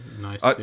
nice